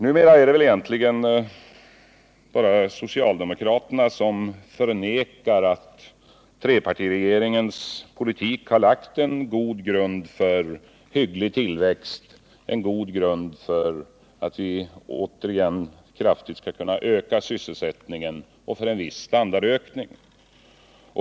Numera är det väl egentligen bara socialdemokraterna som förnekar att trepartiregeringens politik har lagt en god grund för en hygglig tillväxt och en god grund för att vi återigen skall kunna kraftigt öka sysselsättningen och för en viss standardökning.